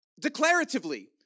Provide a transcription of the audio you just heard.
declaratively